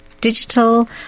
digital